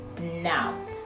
now